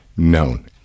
known